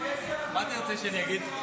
מה אתה רוצה שאני אגיד?